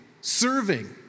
serving